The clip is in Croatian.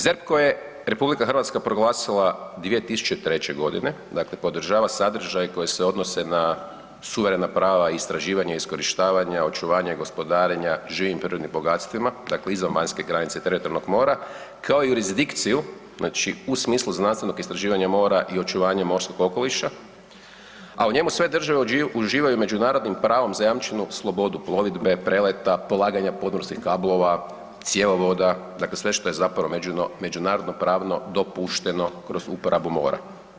ZERP koji je RH proglasila 2003.g., dakle podržava sadržaj koje se odnose na suverena prava i istraživanja i iskorištavanja, očuvanja i gospodarenja živim prirodnim bogatstvima, dakle izvan vanjske granice teritorijalnog mora, kao jurisdikciju znači u smislu znanstvenog istraživanja mora i očuvanja morskog okoliša, a u njemu sve države uživaju međunarodnim pravom zajamčenu slobodu plovidbe, preleta, polaganja podmorskih kablova, cjevovoda, dakle sve što je zapravo međunarodno pravno dopušteno kroz uporabu mora.